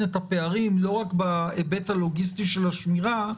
את הפערים לא רק בהיבט הלוגיסטי של השמירה,